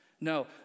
no